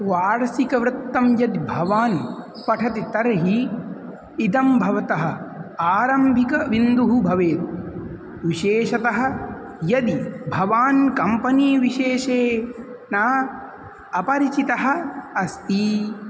वार्षिकवृत्तं यदि भवान् पठति तर्हि इदं भवतः आरम्भिकबिन्दुः भवेत् विशेषतः यदि भवान् कम्पनी विशेषे न अपरिचितः अस्ति